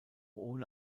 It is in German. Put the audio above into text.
ohne